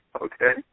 okay